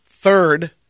third